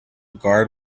guard